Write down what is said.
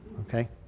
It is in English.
okay